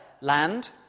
land